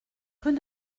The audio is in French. rue